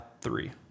Three